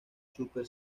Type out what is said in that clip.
super